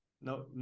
no